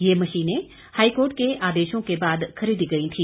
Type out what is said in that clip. यह मशीनें हाईकोर्ट के आदेशों के बाद खरीदी गई थी